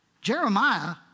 Jeremiah